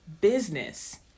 business